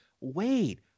wait